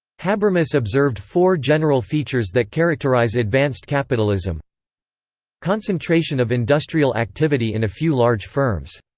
habermas observed four general features that characterise advanced capitalism concentration of industrial activity in a few large firms.